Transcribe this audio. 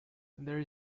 there